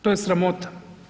To je sramota.